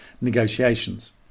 negotiations